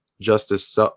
justice